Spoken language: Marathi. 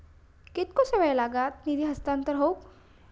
कितकोसो वेळ लागत निधी हस्तांतरण हौक?